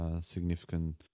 significant